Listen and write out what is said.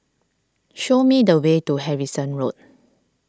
show me the way to Harrison Road